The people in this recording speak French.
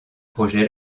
projet